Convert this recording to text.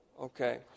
Okay